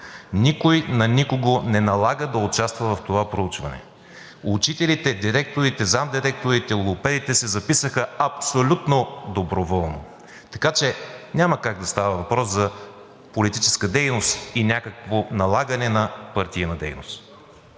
Никой на никого не налага да участва в това проучване. Учителите, директорите, заместник-директорите, логопедите се записаха абсолютно доброволно, така че няма как да става въпрос за политическа дейност и някакво налагане на партийна дейност.